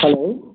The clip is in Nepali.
हेलो